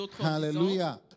Hallelujah